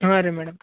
ಹಾಂ ರೀ ಮೇಡಮ್